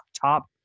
top